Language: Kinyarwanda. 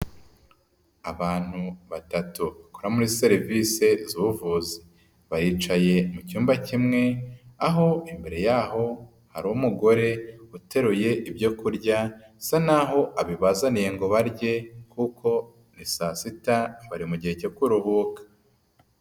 Abantu batatu bakora muri serivisi z'ubuvuzi, bicaye mu cyumba kimwe, aho imbere yaho hari umugore uteruye ibyo kurya bisa n'aho abibazaniye ngo barye kuko ni saa sita bari mu gihe cyo kuruhuka.